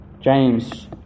james